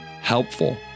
helpful